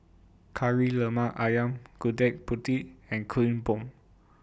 Kari Lemak Ayam Gudeg Putih and Kuih Bom